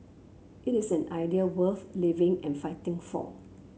it is an idea worth living and fighting for